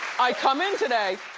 i come in today,